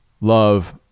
love